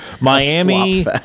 Miami